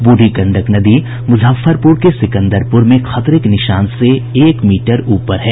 बूढ़ी गंडक नदी मुजफ्फरपुर के सिकंदरपुर में खतरे के निशान से एक मीटर ऊपर है